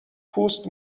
پوست